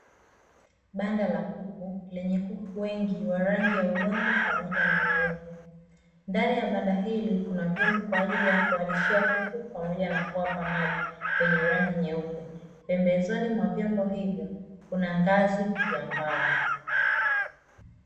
Banda la kuku lenye kuku wengi wa rangi ya udongo pamoja na nyeupe, ndani ya banda hili kuna vyombo kwa ajili ya kuwalishia kuku pamoja na kuwapa maji vyenye rangi nyeupe ,pembezoni mwa vyombo hivyo kuna ngazi ya mbao.